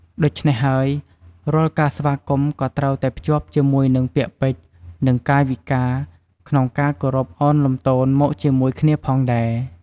ដូច្នេះហើយ រាល់ការស្វាគមន៍ក៏ត្រូវតែភ្ចាប់ជាមួយនឹង ពាក្យពេចន៍ និងកាយវិការ ក្នុងការគោរពឱនលំទោនមកជាមួយគ្នាផងដែរ។